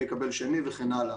מי יקבל שני וכן הלאה.